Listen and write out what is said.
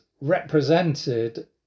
represented